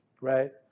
right